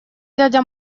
дядя